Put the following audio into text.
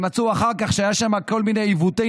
ומצאו אחר כך שהיו שם כל מיני עיוותי